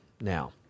now